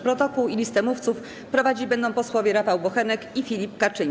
Protokół i listę mówców prowadzić będą posłowie Rafał Bochenek i Filip Kaczyński.